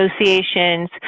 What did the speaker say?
associations